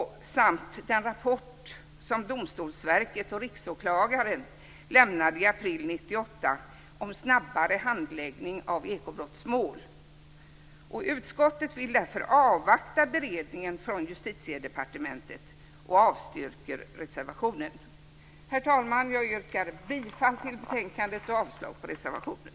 Detsamma gäller den rapport som Domstolsverket och Riksåklagaren lämnade i april 1998 om snabbare handläggning av ekobrottsmål. Utskottet vill därför avvakta beredningen från Justitiedepartementet och avstyrker reservationen. Herr talman! Jag yrkar bifall till hemställan i betänkandet och avslag på reservationen.